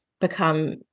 become